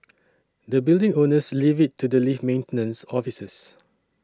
the building owners leave it to the lift maintenance officers